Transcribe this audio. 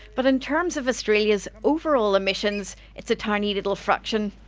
but in terms of australia's overall emissions, it's a tiny, little fraction.